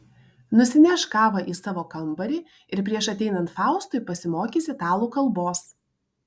nusineš kavą į savo kambarį ir prieš ateinant faustui pasimokys italų kalbos